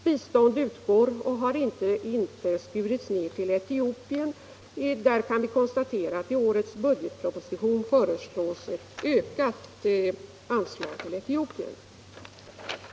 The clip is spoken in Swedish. Bistånd utgår — och har inte skurits ned -— till Etiopien. Vi kan konstatera att det i årets budgetproposition föreslås ett ökat anslag till Etiopien.